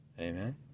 Amen